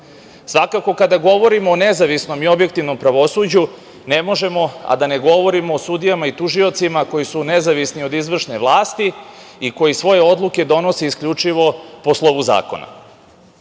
prava. Svakako, kada govorimo o nezavisnom i objektivnom pravosuđu, ne možemo a da ne govorimo o sudijama i tužiocima koji su nezavisni od izvršne vlasti i koji svoje odluke donosi isključivo posle ovog